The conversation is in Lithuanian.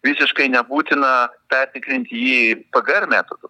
visiškai nebūtina pertikrinti jį pgr metodu